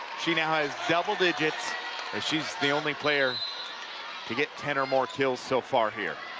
she now has double digits as she's the only player to get ten or more kills so far here.